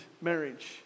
marriage